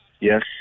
Yes